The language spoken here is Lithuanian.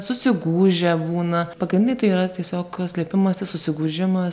susigūžę būna pagrindiniai tai yra tiesiog slėpimasi susigūžimas